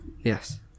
Yes